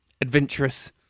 Adventurous